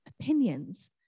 opinions